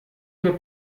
oder